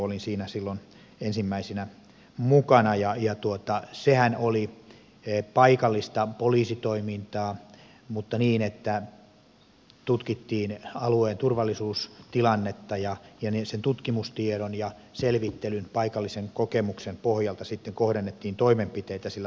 olin siinä silloin ensimmäisinä mukana ja sehän oli paikallista poliisitoimintaa mutta niin että tutkittiin alueen turvallisuustilannetta ja sen tutkimustiedon selvittelyn ja paikallisen kokemuksen pohjalta sitten kohdennettiin toimenpiteitä sillä alueella